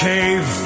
Cave